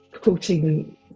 coaching